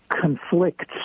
conflicts